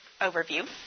overview